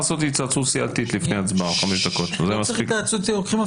תיכף נעשה הפסקה קצרה כדי להבין את